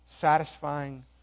satisfying